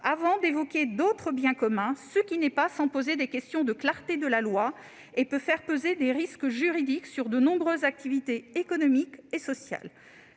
avant d'évoquer les « autres biens communs », ce qui n'est pas sans poser des questions relatives à la clarté de la loi et peut faire peser des risques juridiques sur de nombreuses activités économiques et sociales.